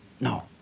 No